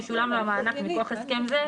ישולם לו המענק מכוח הסכם זה,